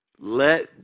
Let